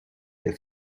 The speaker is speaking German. der